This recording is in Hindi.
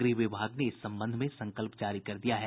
गृह विभाग ने इस संबंध में संकल्प जारी कर दिया है